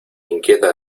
inquieta